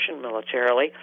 militarily